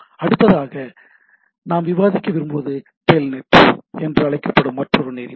அடுத்ததாக நாம் விவாதிக்க விரும்புவது டெல்நெட் என்று அழைக்கப்படும் மற்றொரு நெறிமுறை